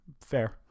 Fair